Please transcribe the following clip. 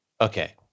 okay